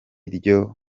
ryo